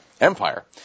Empire